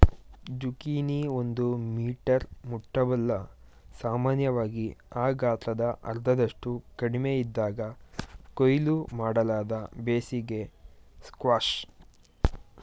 zucchini ಒಂದು metre ಮುಟ್ಟಬಲ್ಲ ಸಾಮಾನ್ಯವಾಗಿ ಆ ಗಾತ್ರದ ಅರ್ಧದಷ್ಟು ಕಡಿಮೆಯಿದ್ದಾಗ ಕೊಯ್ಲು ಮಾಡಲಾದ ಬೇಸಿಗೆ ಸ್ಕ್ವಾಷ್